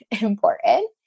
important